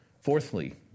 Fourthly